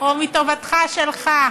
או מטובתך שלך.